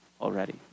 already